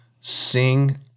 sing